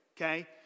Okay